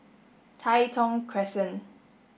Tai Thong Crescent